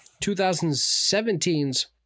2017's